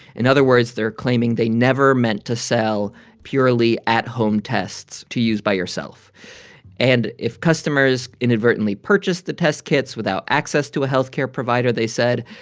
in other words, they're claiming they never meant to sell purely at-home tests to use by yourself and if customers inadvertently purchased the test kits without access to a health care provider, they said,